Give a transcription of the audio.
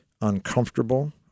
uncomfortable